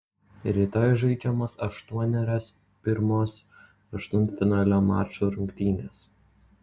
rytoj žaidžiamos aštuonerios pirmos aštuntfinalio mačų rungtynės